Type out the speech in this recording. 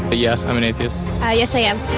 but yeah, i'm an atheist. ah yes, i am.